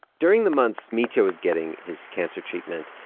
during the months mitya was getting his cancer treatment,